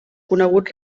conegut